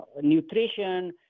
nutrition